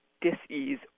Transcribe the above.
dis-ease